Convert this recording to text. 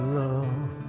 love